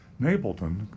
Napleton